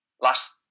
Last